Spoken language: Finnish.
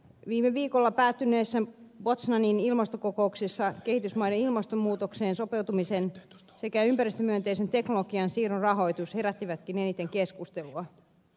viime viikolla päättyneessä poznanin ilmastokokouksessa kehitysmaiden ilmastonmuutokseen sopeutumisen sekä ympäristömyönteisen teknologian siirron rahoitus herättivätkin eniten keskustelua